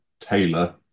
tailor